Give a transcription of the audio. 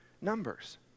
numbers